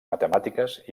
matemàtiques